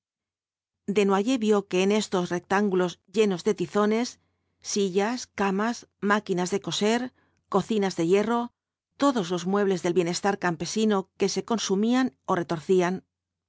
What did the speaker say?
del incendio desnoyers vio en estos rectángulos llenos de tizones sillas camas máquinas de coser cocinas de hierro todos los muebles del bienestar campesino que se consumían ó retorcían